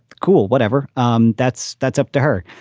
cool. whatever. um that's that's up to her.